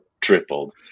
tripled